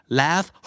laugh